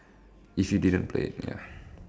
if you didn't play ya